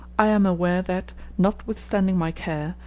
i am aware that, notwithstanding my care,